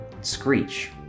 screech